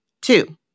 Two